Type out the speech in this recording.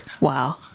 Wow